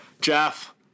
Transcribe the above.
Jeff